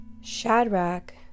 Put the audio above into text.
Shadrach